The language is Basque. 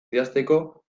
idazteko